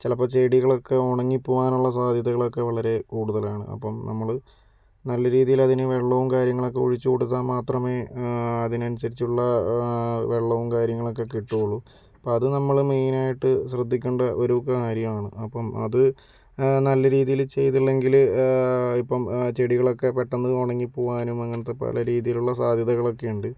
ചിലപ്പോൾ ചെടികളൊക്കെ ഉണങ്ങി പോകാനുള്ള സാധ്യതകളൊക്കെ വളരെ കൂടുതലാണ് അപ്പോൾ നമ്മൾ നല്ല രീതിയിൽ അതിന് വെള്ളവും കാര്യങ്ങളൊക്കെ ഒഴിച്ചു കൊടുത്താൽ മാത്രമേ അതിനനുസരിച്ചുള്ള വെള്ളവും കാര്യങ്ങളൊക്കെ കിട്ടുകയുള്ളൂ അപ്പോൾ അത് നമ്മൾ മെയിനായിട്ട് ശ്രദ്ധിക്കേണ്ട ഒരു കാര്യമാണ് അപ്പോൾ അത് നല്ല രീതിയിൽ ചെയ്തില്ലെങ്കിൽ ഇപ്പോൾ ചെടികളൊക്കെ പെട്ടെന്ന് ഉണങ്ങി പോകാനും അങ്ങനത്തെ പല രീതിയിലുള്ള സാധ്യതകളൊക്കെ ഉണ്ട്